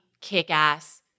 kick-ass